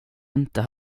inte